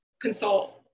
consult